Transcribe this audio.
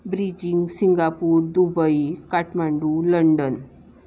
Beijing Singapore Dubai Kathmandu London